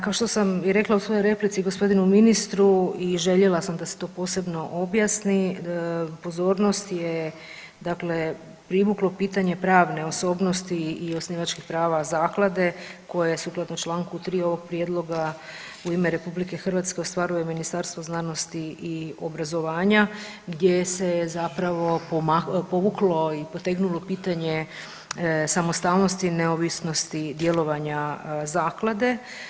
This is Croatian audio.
Kao što sam i rekla u svojoj replici gospodinu ministru i željela sam da se to posebno objasni pozornost je privuklo pitanje pravne osobnosti i osnivačkih prava zaklade koja je sukladno čl. 3. ovog prijedloga u ime RH ostvaruje Ministarstvo znanosti i obrazovanja gdje se zapravo povuklo i potegnulo pitanje samostalnosti i neovisnosti djelovanja zaklade.